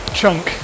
chunk